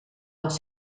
les